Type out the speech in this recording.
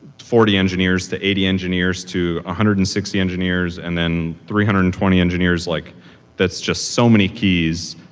forty engineers to eighty engineers, to one ah hundred and sixty engineers, and then three hundred and twenty engineers. like that's just so many keys.